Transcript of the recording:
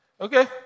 Okay